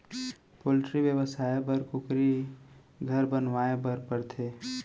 poultry बेवसाय बर कुकुरी घर बनवाए बर परथे